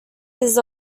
his